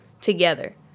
together